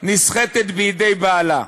נסחטת בידי בעלה.